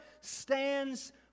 stands